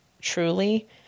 truly